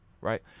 right